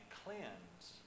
cleanse